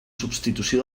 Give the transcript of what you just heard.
substitució